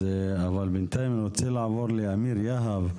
אבל בנתיים אני רוצה לעבור לאמיר יהב,